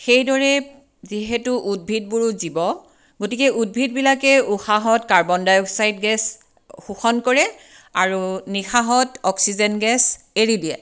সেইদৰে যিহেতু উদ্ভিদবোৰো জীৱ গতিকে উদ্ভিদবিলাকে উশাহত কাৰ্বন ডাই অক্সাইড গেছ শোষণ কৰে আৰু নিশাহত অক্সিজেন গেছ এৰি দিয়ে